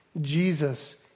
Jesus